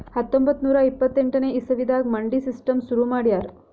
ಹತ್ತೊಂಬತ್ತ್ ನೂರಾ ಇಪ್ಪತ್ತೆಂಟನೇ ಇಸವಿದಾಗ್ ಮಂಡಿ ಸಿಸ್ಟಮ್ ಶುರು ಮಾಡ್ಯಾರ್